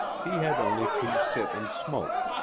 he had only to sit and smoke,